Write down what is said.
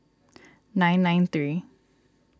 nine nine three